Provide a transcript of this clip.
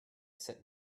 sit